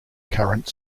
current